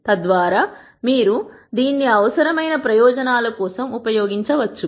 తద్వారా మీరు దీన్ని అవసరమైన ప్రయోజనాల కోసం ఉపయోగించవచ్చు